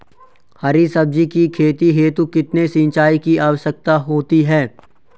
हरी सब्जी की खेती हेतु कितने सिंचाई की आवश्यकता होती है?